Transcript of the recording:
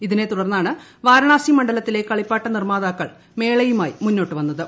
ഇതിനെ തുടർന്നാണ് വാരണാസി ്മണ്ഡലത്തിലെ കളിപ്പാട്ട നിർമ്മാതാക്കൾ മേളയുമായി മുന്നോട്ടു വന്നത്